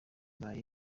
ibaye